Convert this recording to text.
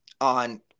on